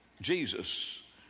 Jesus